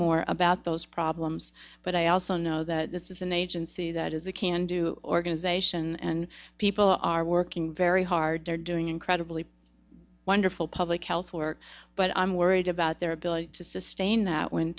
more about those problems but i also know that this is an agency that is a can do organization and people are working very hard they're doing incredibly wonderful public health work but i'm worried about their ability to sustain that when